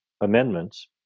amendments